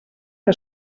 que